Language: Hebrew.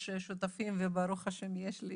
יש שותפים, וברוך השם יש לי